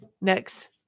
next